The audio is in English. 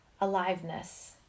aliveness